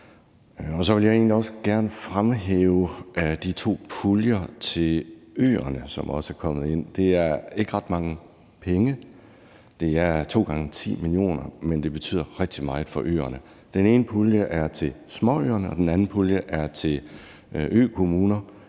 Så vil jeg egentlig også gerne fremhæve de to puljer til øerne, som også er kommet ind. Det er ikke ret mange penge – det er 2 gange 10 mio. kr. – men det betyder rigtig meget for øerne. Den ene pulje er til småøerne, og den anden pulje er til økommunerne